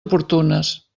oportunes